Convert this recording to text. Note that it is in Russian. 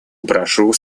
прошу